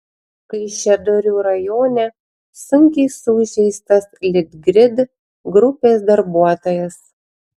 kaišiadorių rajone sunkiai sužeistas litgrid grupės darbuotojas